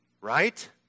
right